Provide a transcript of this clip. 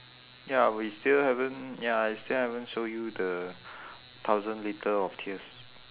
ya we still haven't ya I still haven't show you the thousand litre of tears